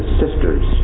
sisters